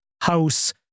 house